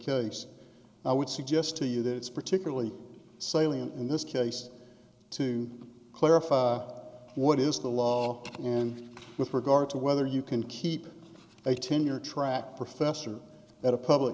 case i would suggest to you that it's particularly salient in this case to clarify what is the law in with regard to whether you can keep a tenure track professor at a public